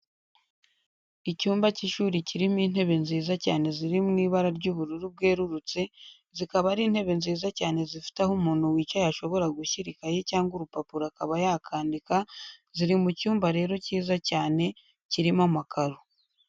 Icyumba cy'ishuri kirimo intebe nziza cyane ziri mu ibara ry'ubururu bwerurutse, zikaba ari intebe nziza cyane zifite aho umuntu wicaye ashobora gushyira ikayi cyangwa urupapuro akaba yakandika, ziri mu cyumba rero cyiza cyane kirimo amakaro.